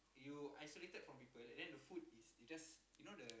you isolated from people and then the food is you just you know the